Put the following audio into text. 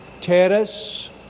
Terrace